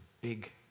big